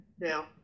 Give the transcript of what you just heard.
Now